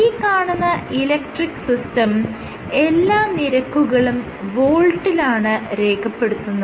ഈ കാണുന്ന electric system എല്ലാ നിരക്കുകളും വോൾട്ടിലാണ് രേഖപ്പെടുത്തുന്നത്